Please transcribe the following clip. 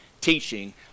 teaching